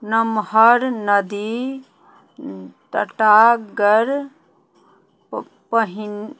नमहर नदी टटागर प पहिन